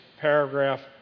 paragraph